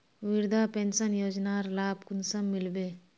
वृद्धा पेंशन योजनार लाभ कुंसम मिलबे?